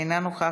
אינה נוכחת.